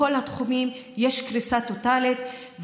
בכל התחומים יש קריסה טוטלית,